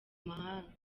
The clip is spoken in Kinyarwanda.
mahanga